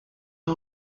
and